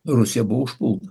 rusija buvo užpulta